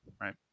right